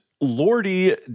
Lordy